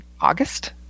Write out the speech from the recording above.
August